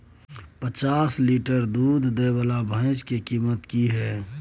प जॉंच लीटर दूध दैय वाला भैंस के कीमत की हय?